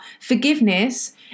forgiveness